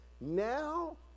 now